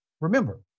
remember